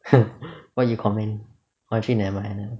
what you comment oh actually never mind